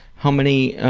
how many?